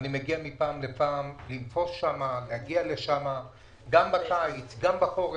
אני מגיע מדי פעם לנפוש שם, גם בקיץ וגם בחורף.